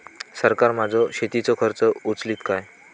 सरकार माझो शेतीचो खर्च उचलीत काय?